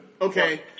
Okay